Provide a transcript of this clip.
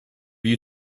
you